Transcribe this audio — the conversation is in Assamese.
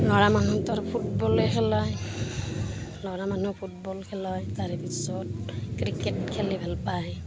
ল'ৰা মানুহেতু আৰু ফুটবলে খেলায় ল'ৰা মানুহ ফুটবল খেলয় তাৰেপিছত ক্ৰিকেট খেলি ভাল পায়